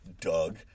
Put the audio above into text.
Doug